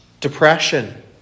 depression